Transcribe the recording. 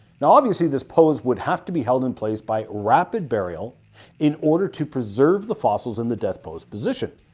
and obviously this pose would have to be held in place by rapid burial in order to preserve the fossils in the death pose position,